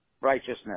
righteousness